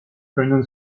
können